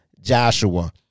Joshua